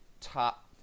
top